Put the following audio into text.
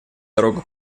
дорогу